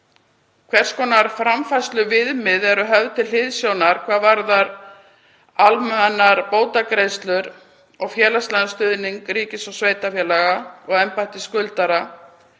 Hvers konar framfærsluviðmið eru höfð til hliðsjónar hvað varðar almennar bótagreiðslur og félagslegan stuðning ríkis og sveitarfélaga og embættis skuldara